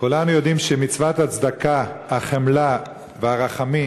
כולנו יודעים שמצוות הצדקה, החמלה והרחמים